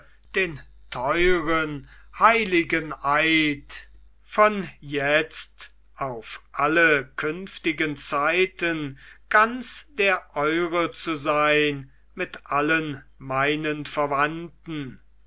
den teuren heiligen eid von jetzt auf alle künftige zeiten ganz der eure zu sein mit allen meinen verwandten